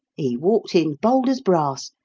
he walked in bold as brass,